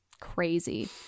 Crazy